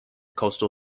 coastal